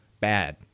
bad